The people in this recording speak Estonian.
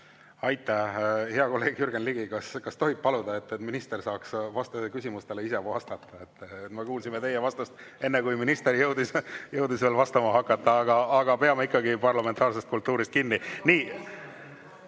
Aitäh! Hea kolleeg Jürgen Ligi, kas tohib paluda, et minister saaks küsimustele ise vastata? Me kuulsime teie vastust enne, kui minister jõudis vastama hakata. Peame parlamentaarsest kultuurist kinni.